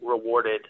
rewarded